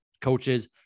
coaches